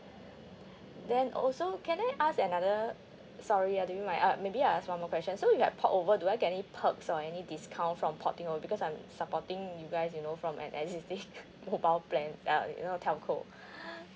then also can I ask another sorry uh do you my uh maybe I ask one more question so you have port over do I get any perks or any discount from porting over because I am supporting you guys you know from e~ existing mobile plan uh you know telco